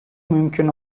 mümkün